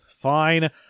fine